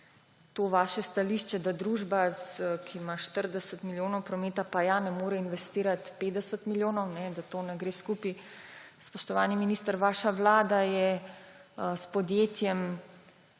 to vaše stališče, da družba, ki ima 40 milijonov prometa, pa ja ne more investirati 50 milijonov, da to ne gre skupaj. Spoštovani minister, vaša vlada je s podjetjem